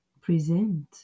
present